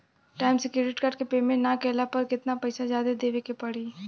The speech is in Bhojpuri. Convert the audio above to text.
टाइम से क्रेडिट कार्ड के पेमेंट ना कैला पर केतना पईसा जादे देवे के पड़ी?